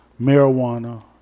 marijuana